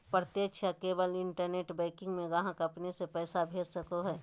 प्रत्यक्ष या केवल इंटरनेट बैंकिंग में ग्राहक अपने से पैसा भेज सको हइ